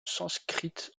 sanskrit